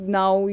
now